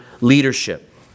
leadership